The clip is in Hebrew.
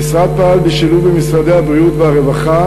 המשרד פעל בשילוב עם משרדי הבריאות והרווחה